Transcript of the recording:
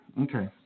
Okay